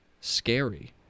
Scary